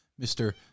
Mr